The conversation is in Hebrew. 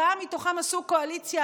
64 מתוכם עשו קואליציה,